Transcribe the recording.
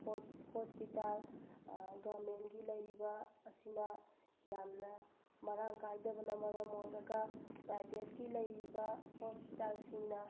hospital ꯒꯣꯕꯔꯃꯦꯟꯒꯤ ꯂꯩꯔꯤꯕ ꯑꯁꯤꯅ ꯌꯥꯝꯅ ꯃꯔꯥꯡ ꯀꯥꯏꯗꯕꯅ ꯃꯔꯝ ꯑꯣꯏꯔꯒ ꯄ꯭ꯔꯥꯏꯕꯦꯠꯀꯤ ꯂꯩꯔꯤꯕ ꯍꯣꯁꯄꯤꯇꯥꯜꯁꯤꯡꯅ